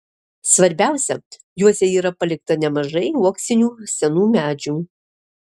svarbiausia juose yra palikta nemažai uoksinių senų medžių